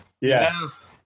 Yes